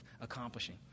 accomplishing